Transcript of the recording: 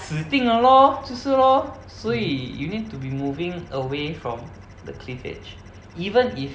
死定了 lor 就是 lor 所以 you need to be moving away from the cliff edge even if